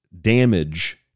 damage